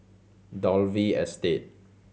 Dalvey Estate